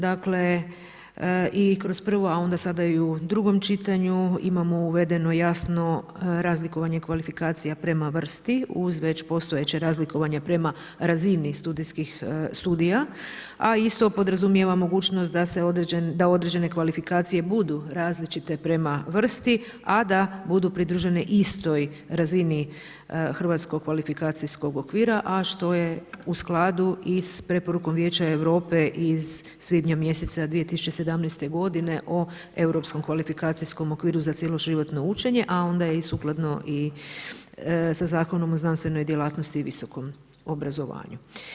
Dakle i kroz, a onda sada i u drugom čitanju imamo uvedeno jasno razlikovanje kvalifikacija prema vrsti uz već postojeće razlikovanje prema razini studijskih studija, a isto podrazumijeva mogućnost da određene kvalifikacije budu različite prema vrsti, a da budu pridružene istoj razini hrvatskog kvalifikacijskog okvira, a što je u skladu i sa preporukom Vijeća Europe iz svibnja mjeseca 2017. godine o europskom kvalifikacijskom okviru za cjeloživotno učenje, a onda je i sukladno i sa Zakonom o znanstvenoj djelatnosti i visokom obrazovanju.